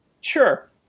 Sure